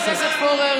זה הסיפור.